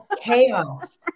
Chaos